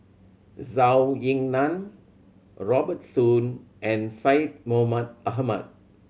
Zhou Ying Nan Robert Soon and Syed Mohamed Ahmed